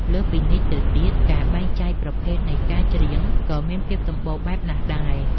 លើសពីនេះទៅទៀត ការបែងចែកប្រភេទនៃការច្រៀងក៏មានភាពសម្បូរបែបណាស់ដែរ។